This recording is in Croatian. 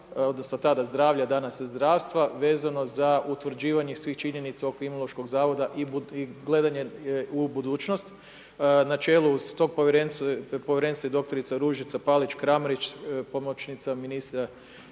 zdravstva, tada zdravlja, danas zdravstva vezano za utvrđivanje svi činjenica oko Imunološkog zavoda i gledanje u budućnost. Na čelu tog povjerenstva je i doktorica Ružica Palić Kramarić, pomoćnica ministra